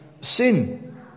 sin